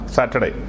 Saturday